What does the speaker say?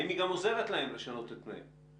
האם היא גם עוזרת להם לשנות את פניהם?